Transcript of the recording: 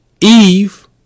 Eve